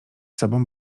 sobą